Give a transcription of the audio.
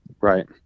Right